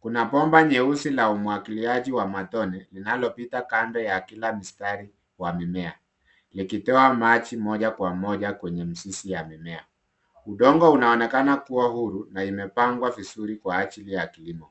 Kuna bomba nyeusi la umwagiliaji wa matone linalopita kando ya kila mstari wa mimea likitoa maji moja kwa moja kwneye mizizi ya mimea. Udongo unaonekna kuwa huru na imepangwa vizuri kwa ajili ya kilimo.